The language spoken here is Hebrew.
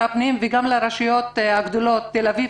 הפנים וגם לרשויות המקומיות הגדולות: תל אביב,